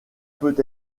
peut